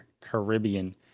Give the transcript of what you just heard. Caribbean